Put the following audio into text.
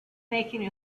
making